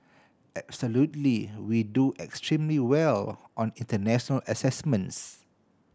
absolutely we do extremely well on international assessments